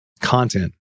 content